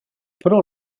pro